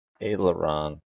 aileron